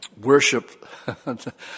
worship